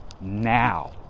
now